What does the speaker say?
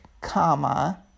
comma